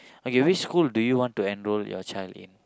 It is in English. okay which school do you want to enroll your child in